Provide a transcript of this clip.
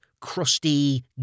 crusty